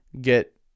Get